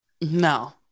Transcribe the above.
No